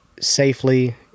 safely